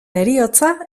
heriotza